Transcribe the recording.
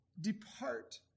Depart